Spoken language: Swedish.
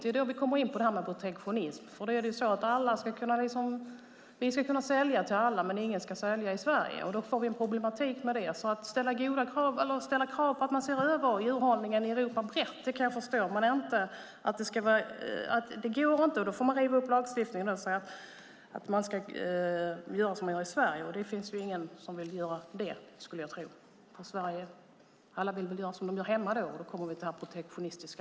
Det är då vi kommer in på protektionism: Vi ska kunna sälja till alla, men ingen ska sälja i Sverige. Det blir problematiskt. Att man ser över djurhållningen i Europa brett kan jag förstå. Men det går inte - utan att riva upp lagstiftningen - att säga att man ska göra som i Sverige. Det finns ingen som vill göra det, skulle jag tro, för alla vill väl göra som de gör hemma, och då kommer vi till det protektionistiska.